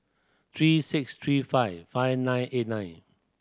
three six three five five nine eight nine